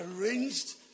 arranged